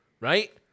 right